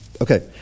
Okay